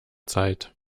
zeit